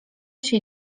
się